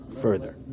further